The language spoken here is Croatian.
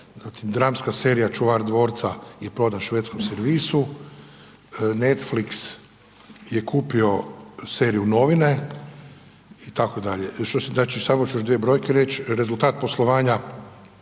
dramska serija „Čuvar dvorca“ je prodan Švedskom servisu, Netflix je kupio seriju „Novine“ itd. Znači samo ću još dvije brojke reći.